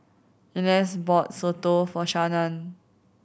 Inez bought soto for Shannan